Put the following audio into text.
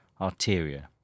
arteria